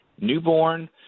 newborn